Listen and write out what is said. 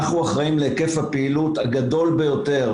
אנחנו אחראים להיקף הפעילות הגדול ביותר